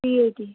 three eight